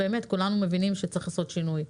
כולנו מבינים שצריך לעשות שינוי,